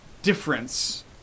Difference